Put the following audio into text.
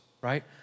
right